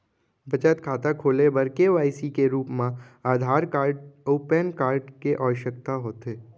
बचत खाता खोले बर के.वाइ.सी के रूप मा आधार कार्ड अऊ पैन कार्ड के आवसकता होथे